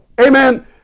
Amen